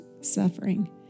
suffering